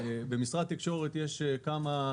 להבטיח.